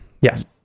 Yes